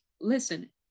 Listen